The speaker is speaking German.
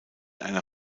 einer